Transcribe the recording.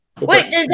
Wait